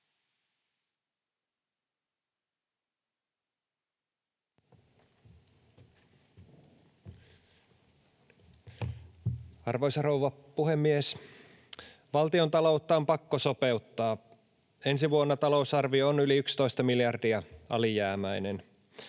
Arvoisa rouva puhemies! Valtiontaloutta on pakko sopeuttaa. Ensi vuonna talousarvio on yli 11 miljardia alijäämäinen,